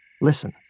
listen